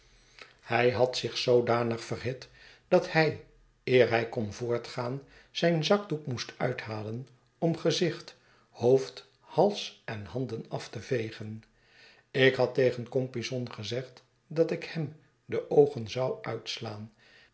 hij had zich zoodanig verhit dat hij eer hij kon voortgaan zijn zakdoek moest uithalen om gezicht hoofd hals en handen af te vegen ik had tegen compeyson gezegd dat ik hem de oogen zou uitslaan